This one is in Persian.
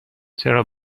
چرا